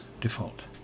default